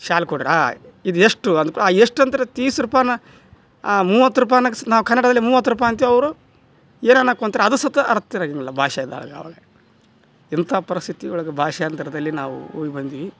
ಶಾಲು ಕೊಡಿರಿ ಇದು ಎಷ್ಟು ಅಂದ್ಕೂ ಎಷ್ಟು ಅಂದ್ರ ತೀಸ್ ರೂಪಾಯ್ನ ಮೂವತ್ತು ರೂಪಾಯಿ ಅನ್ನಕ್ಕೆ ಸ್ ನಾವು ಕನ್ನಡದಲ್ಲಿ ಮೂವತ್ತು ರೂಪಾಯಿ ಅಂತೀವಿ ಅವರು ಏನು ಅನ್ನಕ್ಕೆ ಅದು ಸೈತ ಅರ್ಥ ಇರೋಂಗಿಲ್ಲ ಭಾಷೆ ಅದು ಅವಾಗ ಇಂಥ ಪರಿಸ್ಥಿತಿ ಒಳಗೆ ಭಾಷಾಂತರದಲ್ಲಿ ನಾವು ಹೋಗಿ ಬಂದ್ವಿ